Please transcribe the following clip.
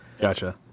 Gotcha